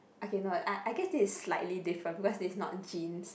I cannot I I guess this is slightly different because this is not genes